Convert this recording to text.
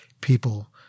people